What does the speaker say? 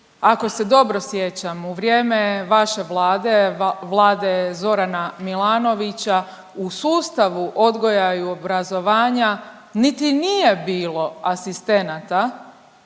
Ako se dobro sjećam, u vrijeme vaše vlade, vlade Zorana Milanovića, u sustavu odgoja i obrazovanja niti nije bilo asistenata.